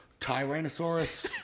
Tyrannosaurus